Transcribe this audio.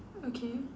okay